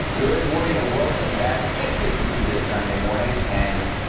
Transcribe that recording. good morning and welcome back six fifty two this sunday morning and.